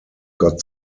got